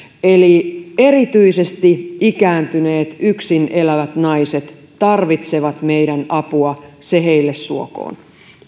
eli erityisesti ikääntyneet yksin elävät naiset tarvitsevat meidän apuamme se heille suotakoon